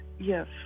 Yes